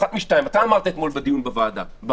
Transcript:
אחת משתיים, אתה אמרת אתמול בדיון במליאה.